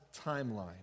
timeline